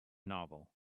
novel